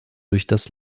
durch